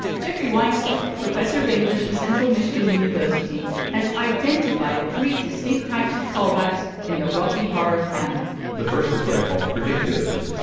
jeffrey weinstock professor of english at central michigan university has identified three distinct types of callbacks in the rocky horror canon the first is what i call predictive.